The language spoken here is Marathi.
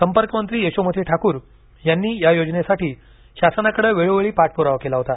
संपर्कमंत्री यशोमती ठाकुर यांनी या योजनेसाठी शासनाकडे वेळोवेळी पाठपुरावा केला होता